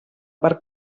per